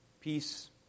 Peace